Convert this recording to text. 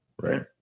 Right